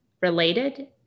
related